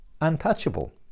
untouchable